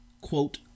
quote